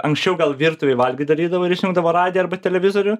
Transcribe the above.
anksčiau gal virtuvėj valgyt darydavo ir įsijungdavo radiją arba televizorių